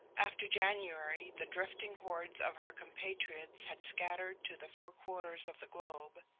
after january the drifting hordes of her compatriots had scattered to the four quarters of the globe,